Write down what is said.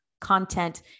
content